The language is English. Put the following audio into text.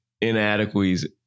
inadequacies